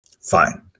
Fine